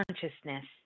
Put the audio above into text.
consciousness